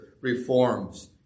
reforms